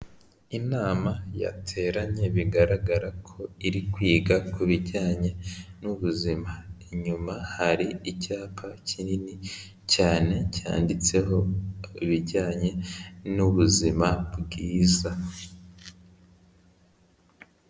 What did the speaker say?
Inama yateranye bigaragara ko iri kwiga ku bijyanye n'ubuzima, inyuma hari icyapa kinini cyane, cyanditseho ibijyanye n'ubuzima bwiza.